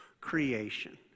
creation